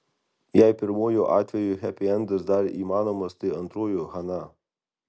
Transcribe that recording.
jei pirmuoju atveju hepiendas dar įmanomas tai antruoju chana